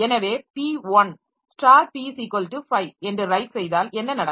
எனவே p1 p5 என்று write செய்தால் என்ன நடக்கும்